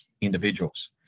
individuals